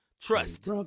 Trust